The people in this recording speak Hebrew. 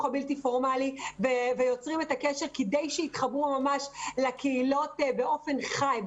הבלתי פורמלי ויוצרים את הקשר כדי שיתחברו לקהילות באופן חי,